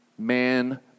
Man